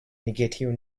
negative